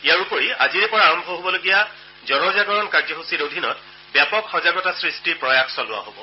ইয়াৰ উপৰি আজিৰে পৰা আৰম্ভ হ'বলগীয়া জনজাগৰণ কাৰ্যসূচীৰ অধীনত ব্যাপক সজাগতা সৃষ্টিৰ প্ৰয়াস চলোৱা হ'ব